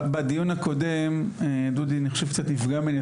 בדיון הקודם דודי אני חושב שקצת נפגע ממני,